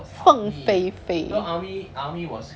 fong fei fei